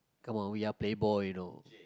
come on we are playboy you know